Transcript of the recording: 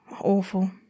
Awful